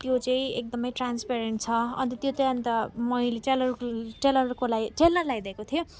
त्यो चाहिँ एकदमै ट्रान्सपारेन्ट छ अन्त त्यो चाहिँ अन्त मैले टेलर टेलरको लागि टेलरलाई दिएको थिएँ